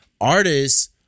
artists